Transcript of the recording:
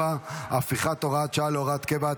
4) (הפיכת הוראת השעה להוראת קבע),